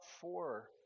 four